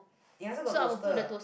eh I also got toaster